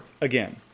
again